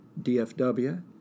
DFW